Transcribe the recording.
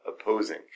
opposing